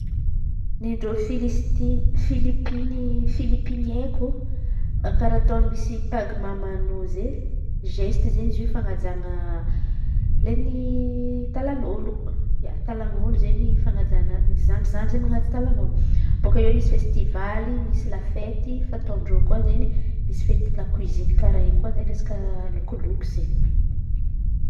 Ny ndreo Filistiny Filipiny Filipiny haiko karà ataony pagmano zay zeste izen̈y izy io. Fanajana ny palanolo palanolo izen̈y fanajana zandry zandry manan̈o palanolo. Boaka eo koa misy festivaly misy lafety fataon-dreo koa izen̈y misy fety lakoziny karahy koa izen̈y resaky loky loky zay.